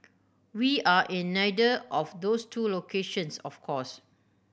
we are in neither of those two locations of course